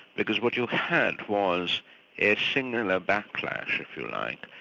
because what you had was a sinhala backlash, if you like,